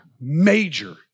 major